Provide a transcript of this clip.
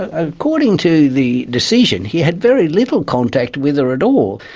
ah according to the decision, he had very little contact with her at all.